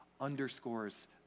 underscores